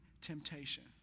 temptation